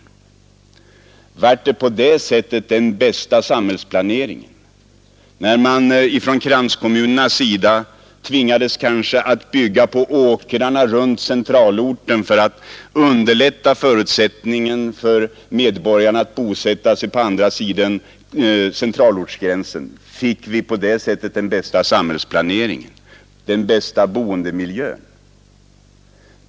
Blev det på det sättet den bästa samhällsplaneringen, när man från kranskommunernas sida kanske tvingades att bygga på åkrarna runt centralorten för att underlätta för medborgarna att bosätta sig på andra sidan centralortsgränsen? Fick vi på det sättet den bästa samhällsplaneringen, den bästa boendemiljön?